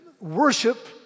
Worship